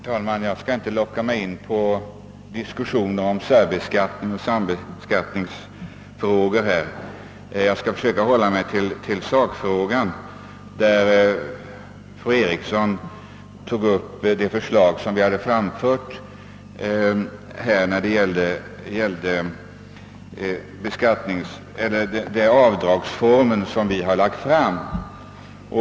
Herr talman! Jag skall inte låta mig lockas in på en diskussion om särbeskattningsoch sambeskattningsfrågor. Jag skall försöka hålla mig till sakfrågan. Fru Eriksson i Stockholm tog upp det förslag till avdragsformer som vi har lagt fram.